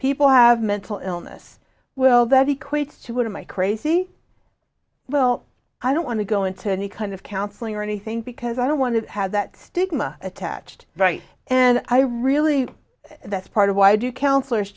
people have mental illness will that equates to one of my crazy well i don't want to go into any kind of counseling or anything because i don't want to have that stigma attached right and i really that's part of why do counselors